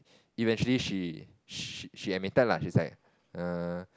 eventually she she admitted lah she was like err